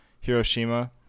Hiroshima